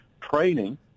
training